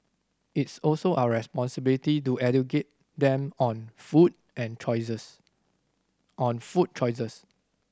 it's also our responsibility to educate them on food and choices on food choices